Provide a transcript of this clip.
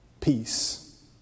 Peace